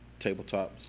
tabletops